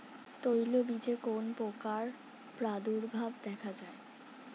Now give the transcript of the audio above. তৈলবীজে কোন পোকার প্রাদুর্ভাব দেখা যায়?